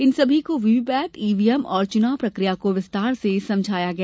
इन सभी को VVPAT EVM और चुनाव प्रक्रिया को विस्तार से समझाया गया